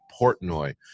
Portnoy